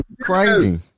Crazy